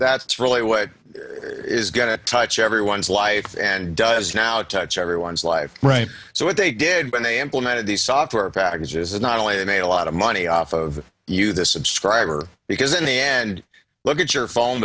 that's really what is going to touch everyone's life and does now touch everyone's life right so what they did when they implemented these software packages is not only a lot of money off of you the subscriber because in the end look at your phone